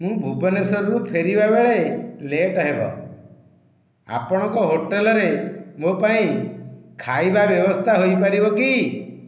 ମୁଁ ଭୁବନେଶ୍ଵରରୁ ଫେରିବାବେଳେ ଲେଟ୍ ହେବ ଆପଣଙ୍କ ହୋଟେଲରେ ମୋ ପାଇଁ ଖାଇବା ବ୍ୟବସ୍ଥା ହୋଇପାରିବ କି